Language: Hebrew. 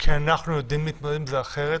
כי אנחנו יודעים להתמודד עם זה אחרת